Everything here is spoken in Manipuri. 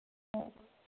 ꯑꯥ